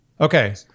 Okay